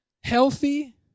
healthy